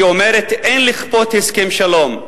שהיא אומרת: אין לכפות הסכם שלום,